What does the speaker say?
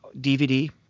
DVD